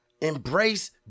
Embrace